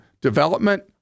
development